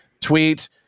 tweet